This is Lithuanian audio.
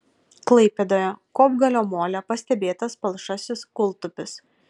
klaipėdoje kopgalio mole pastebėtas palšasis kūltupis